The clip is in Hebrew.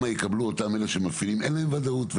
יקבלו אותם אלה שמפעילים, אין להם ודאות.